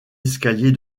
escalier